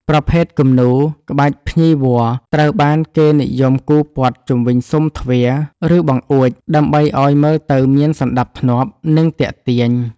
ប្រភេទគំនូរ ក្បាច់ភ្ញីវល្លិ ត្រូវបានគេនិយមគូរព័ទ្ធជុំវិញស៊ុមទ្វារ ឬបង្អួច ដើម្បីឱ្យមើលទៅមានសណ្ដាប់ធ្នាប់ និងទាក់ទាញ។